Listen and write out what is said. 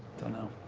don't know.